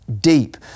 deep